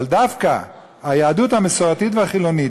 אבל דווקא היהדות המסורתית והחילונית,